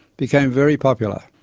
became very popular.